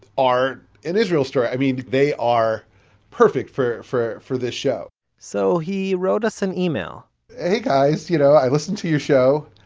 are an israel story! i mean, they are perfect for for this show so he wrote us an email hey guys, you know, i listen to your show,